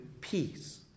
peace